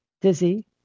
dizzy